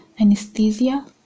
anesthesia